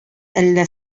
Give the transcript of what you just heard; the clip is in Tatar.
әллә